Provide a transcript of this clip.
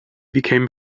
became